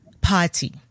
party